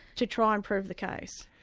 to try and prove the case.